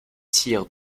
sires